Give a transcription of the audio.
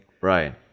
right